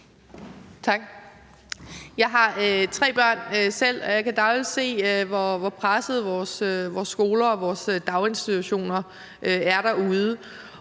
Jeg har selv tre børn og kan dagligt se, hvor pressede vores skoler og vores daginstitutioner er derude.